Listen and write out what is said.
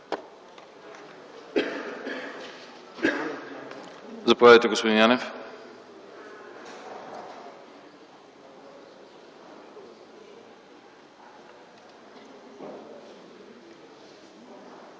Заповядайте, господин Янев.